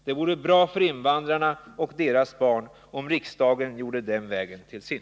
Det vore bra för invandrarna och deras barn om riksdagen gjorde den vägen till sin.